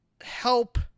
help